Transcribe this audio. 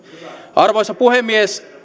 arvoisa puhemies